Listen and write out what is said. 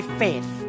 faith